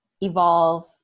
evolve